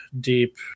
deep